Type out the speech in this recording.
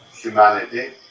humanity